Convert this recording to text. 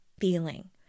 feeling